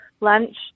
lunch